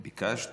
ביקשת?